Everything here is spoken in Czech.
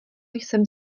jsem